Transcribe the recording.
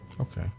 Okay